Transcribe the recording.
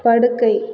படுக்கை